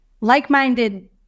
like-minded